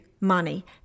money